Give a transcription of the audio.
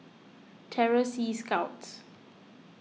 Terror Sea Scouts